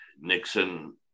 Nixon